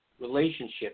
Relationships